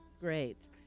great